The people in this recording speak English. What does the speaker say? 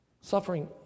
Suffering